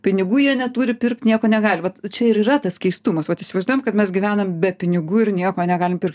pinigų jie neturi pirkt nieko negali va čia ir yra tas keistumas vat įsivaizduojam kad mes gyvenam be pinigų ir nieko negalim pirkt